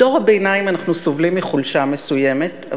בדור הביניים אנחנו סובלים מחולשה מסוימת,